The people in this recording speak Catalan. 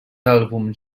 àlbums